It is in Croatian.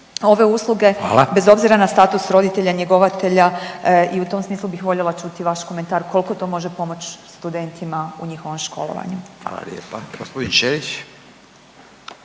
Hvala/… bez obzira na status roditelja njegovatelja i u tom smislu bih voljela čuti vaš komentar kolko to može pomoć studentima u njihovom školovanju? **Radin,